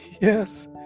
Yes